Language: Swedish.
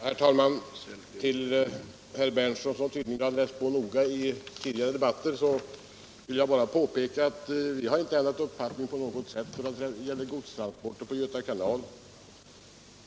Herr talman! För herr Berndtson, som tydligen har läst på noga i tidigare debatter, vill jag bara påpeka att vi inte har ändrat uppfattning på något sätt när det gäller godstransport på Göta kanal.